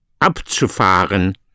abzufahren